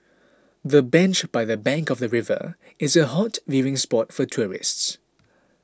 the bench by the bank of the river is a hot viewing spot for tourists